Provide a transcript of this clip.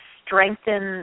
strengthen